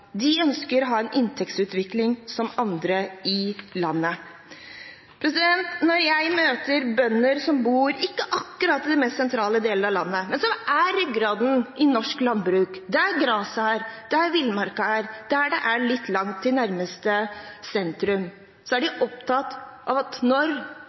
De ønsker å ha en inntektsutvikling som andre i landet. Når jeg møter bønder som bor i de ikke akkurat mest sentrale delene av landet, men som er ryggraden i norsk landbruk – der graset er, der villmarken er, der det er litt langt til nærmeste sentrum – sier de at de er